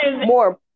more